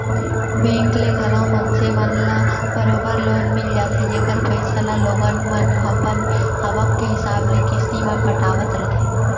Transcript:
bank ले घलौ मनसे मन ल बरोबर लोन मिल जाथे जेकर पइसा ल लोगन मन अपन आवक के हिसाब ले किस्ती म पटावत रथें